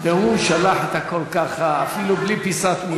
והוא שלח את הכול ככה, אפילו בלי פיסת נייר.